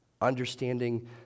understanding